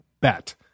bet –